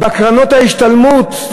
בקרנות ההשתלמות?